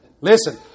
Listen